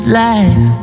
life